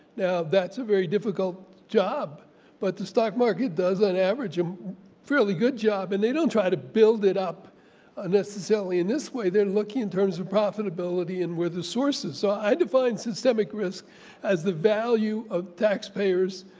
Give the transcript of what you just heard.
now that's a very difficult job but the stock market does on average a um fairly good job and they don't try to build it up unnecessarily in this way. they're lucky in terms of profitability and where the sources are. i define systemic risk as the value of taxpayers